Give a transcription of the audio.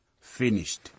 finished